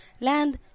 land